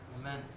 Amen